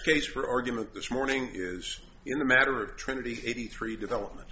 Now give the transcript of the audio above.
case for argument this morning is in the matter of trinity eighty three development